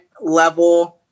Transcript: level